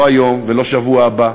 לא היום ולא בשבוע הבא.